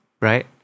right